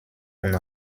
und